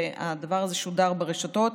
והדבר הזה שודר ברשתות,